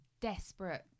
desperate